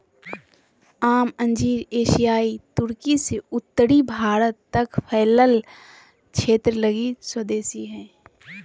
आम अंजीर एशियाई तुर्की से उत्तरी भारत तक फैलल क्षेत्र लगी स्वदेशी हइ